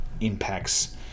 impacts